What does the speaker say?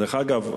דרך אגב,